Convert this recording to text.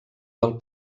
del